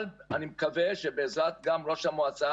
קרווילה שהיא קיימת,